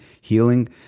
healing